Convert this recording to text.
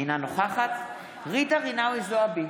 אינה נוכחת ג'ידא רינאוי זועבי,